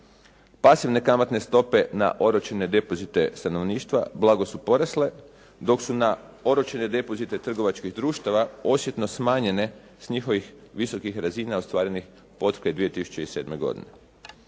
Pasivne kamatne stope na oročene depozite stanovništva blago su porasle, dok su na oročene depozite trgovačkih društava osjetno smanjenje sa njihovih visokih razina ostvarenih potkraj 2007. godine.